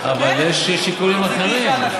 אבל יש שיקולים אחרים.